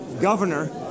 Governor